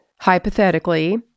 hypothetically